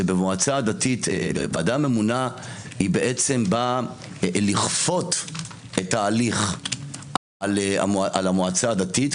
שוועדה ממונה באה לכפות את ההליך על המועצה הדתית,